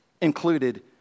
included